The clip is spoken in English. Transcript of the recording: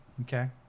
Okay